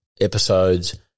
episodes